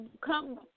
come